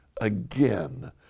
again